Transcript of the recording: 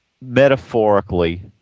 metaphorically